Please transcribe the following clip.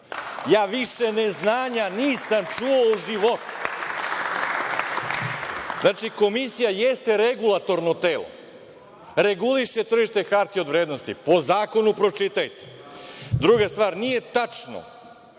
Ja više neznanja nisam čuo u životu. Znači, Komisija jeste regulatorno telo, reguliše tržište hartija od vrednosti po zakonu, pročitajte. Druga stvar, nije tačno